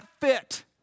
fit